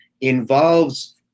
involves